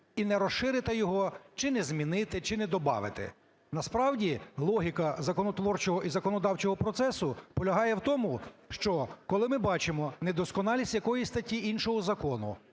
і не розширити його, чи не змінити, чи не добавити. Насправді логіка законотворчого і законодавчого процесу полягає в тому, що коли ми бачимо недосконалість якоїсь статті іншого закону